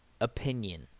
opinion